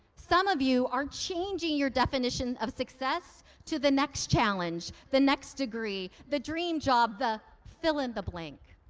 some of you are changing your definition of success to the next challenge, the next degree, the dream job, the fill in the blank.